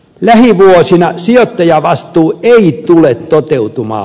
lähivuosina sijoittajavastuu ei tule toteutumaan